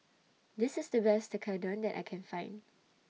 This IS The Best Tekkadon that I Can Find